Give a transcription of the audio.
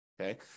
okay